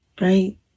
right